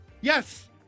yes